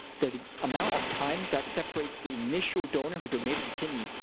the amount of time that separates the initial donor who donated a kidney,